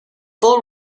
full